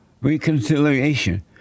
Reconciliation